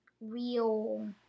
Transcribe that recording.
real